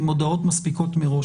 עם הודעות מראש.